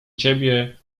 ciebie